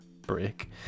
break